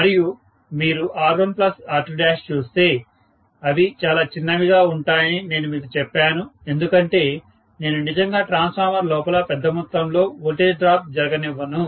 మరియు మీరు R1R2 చూస్తే అవి చాలా చిన్నవిగా ఉంటాయని నేను మీకు చెప్పాను ఎందుకంటే నేను నిజంగా ట్రాన్స్ఫార్మర్ లోపల పెద్ద మొత్తంలో వోల్టేజ్ డ్రాప్ జరగనివ్వను